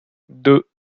deux